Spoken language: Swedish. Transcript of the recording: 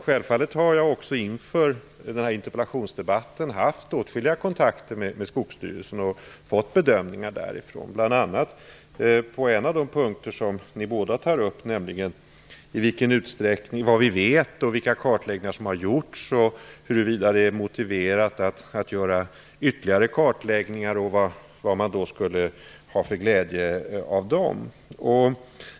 Självfallet har jag inför denna interpellationsdebatt haft åtskilliga kontakter med Skogsstyrelsen och fått bedömningar därifrån, bl.a. på en av de punkter som ni båda tar upp, nämligen vad vi vet, vilka kartläggningar som har gjorts, huruvida det är motiverat att göra ytterligare kartläggningar och vad man skulle ha för glädje av dem.